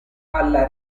alla